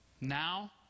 Now